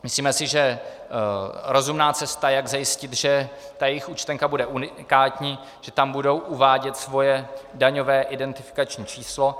Myslíme si, že rozumná cesta, jak zajistit, že ta jejich účtenka bude unikátní, že tam budou uvádět svoje daňové identifikační číslo.